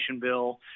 bill